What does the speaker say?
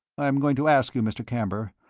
i am going to ask you, mr. camber,